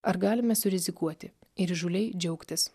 ar galime surizikuoti ir įžūliai džiaugtis